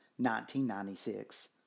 1996